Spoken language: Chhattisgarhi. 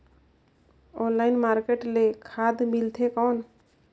ऑनलाइन मार्केट ले खाद मिलथे कौन?